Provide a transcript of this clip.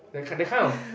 that that kind of